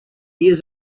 years